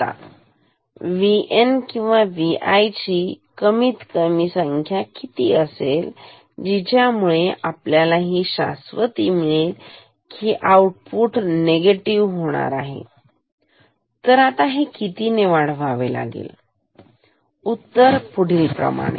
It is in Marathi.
आता VN किंवा Vi ची कमीत कमी संख्या किती असेल जिच्यामुळे आपल्याला ही शास्वती आहे की आउटपुट नेगेटिव्ह होईल तर आता हे किती वाढवावे लागेलउत्तर पुढील प्रमाणे